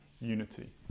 unity